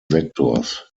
sektors